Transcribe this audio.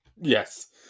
Yes